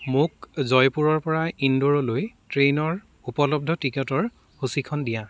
মোক জয়পুৰৰপৰা ইণ্ডোৰলৈ ট্ৰেইনৰ উপলব্ধ টিকটৰ সূচীখন দিয়া